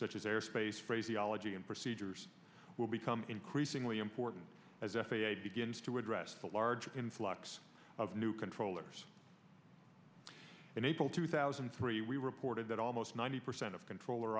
such as airspace phraseology and procedures will become increasingly important as f a a begins to address the larger influx of new controllers in april two thousand and three we reported that almost ninety percent of controller